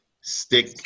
stick